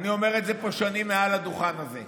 אני אומר את זה פה שנים מעל הדוכן הזה,